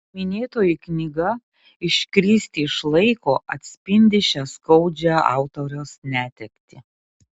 minėtoji knyga iškristi iš laiko atspindi šią skaudžią autoriaus netektį